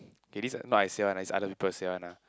okay this is not I say one ah it's other people say one ah